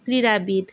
ক্রীড়াবিদ